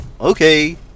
Okay